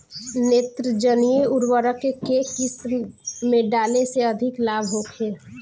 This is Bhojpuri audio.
नेत्रजनीय उर्वरक के केय किस्त में डाले से अधिक लाभ होखे?